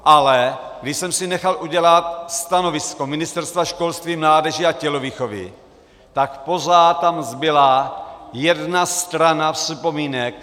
Ale když jsem si nechal udělat stanovisko Ministerstva školství, mládeže a tělovýchovy, tak pořád tam zbyla jedna strana připomínek.